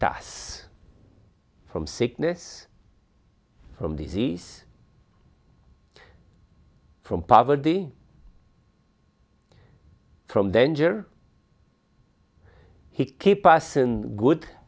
us from sickness from disease from poverty from danger he keep us in good